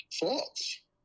false